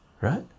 right